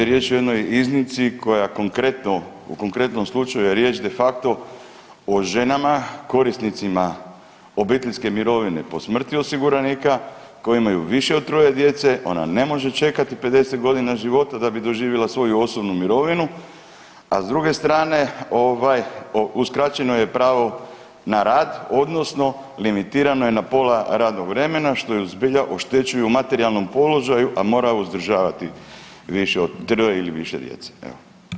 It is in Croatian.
Ovdje je riječ o jednoj iznimci koja konkretno, u konkretnom slučaju je riječ de facto o ženama korisnicima obiteljske mirovine po smrti osiguranika koje imaju više od 3-oje djece, ona ne može čekati 50.g. života da bi doživjela svoju osobnu mirovinu, a s druge strane ovaj uskraćeno joj je pravo na rad odnosno limitirano je na pola radnog vremena, što ju zbilja oštećuje u materijalnom položaju, a mora uzdržavati 3-oje ili više djece, evo.